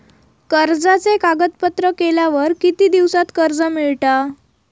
कर्जाचे कागदपत्र केल्यावर किती दिवसात कर्ज मिळता?